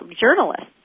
journalists